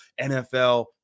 nfl